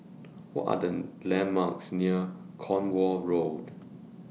What Are The landmarks near Cornwall Road